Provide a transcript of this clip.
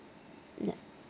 ya